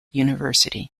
university